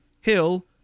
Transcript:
Hill